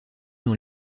dans